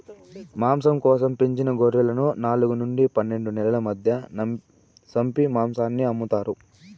మాంసం కోసం పెంచిన గొర్రెలను నాలుగు నుండి పన్నెండు నెలల మధ్య సంపి మాంసాన్ని అమ్ముతారు